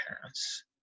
parents